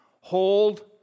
Hold